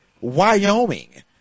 Wyoming